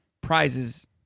prizes